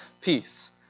Peace